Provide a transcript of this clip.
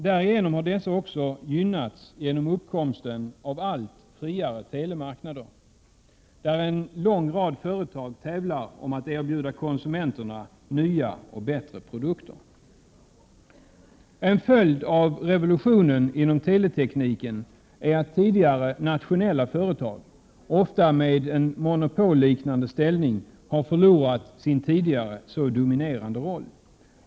Därigenom har dessa också gynnats genom uppkomsten av allt friare telemarknader, där en lång rad företag tävlar om att erbjuda konsumenterna nya och bättre produkter. En följd av revolutionen inom teletekniken är att tidigare nationella företag, ofta med en monopolliknande ställning, har förlorat sin tidigare så dominerande roll.